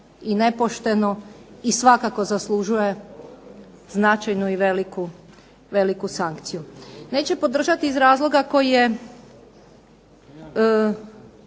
i nepošteno i svakako zaslužuje značajnu i veliku sankciju. Neće podržati iz razloga koji je